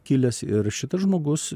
kilęs ir šitas žmogus